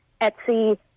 Etsy